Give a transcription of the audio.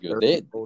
good